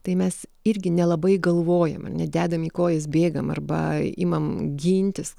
tai mes irgi nelabai galvojam ar ne dedam į kojas bėgam arba imam gintis